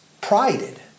prided